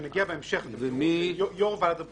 נגיע בהמשך, יו"ר ועדת הבחירות,